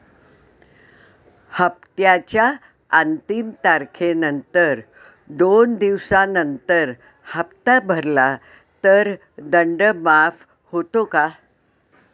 हप्त्याच्या अंतिम तारखेनंतर दोन दिवसानंतर हप्ता भरला तर दंड माफ होतो का?